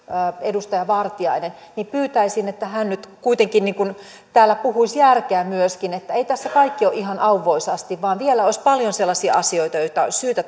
edustaja vartiainen niin pyytäisin että hän nyt kuitenkin täällä puhuisi järkeä myöskin että ei tässä kaikki ole ihan auvoisasti vaan vielä olisi paljon sellaisia asioita joita olisi syytä